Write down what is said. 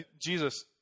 Jesus